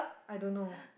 I don't know